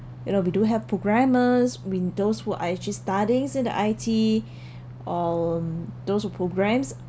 you know we do have programmers mean those who are actually studying in the I_T um those who programs